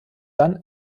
dann